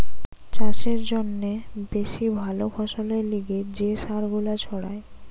চাষের জন্যে বেশি ভালো ফসলের লিগে যে সার গুলা ছড়ায়